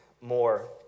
more